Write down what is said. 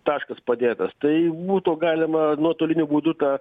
taškas padėtas tai būtų galima nuotoliniu būdu tą